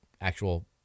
actual